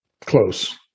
close